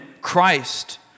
Christ